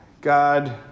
God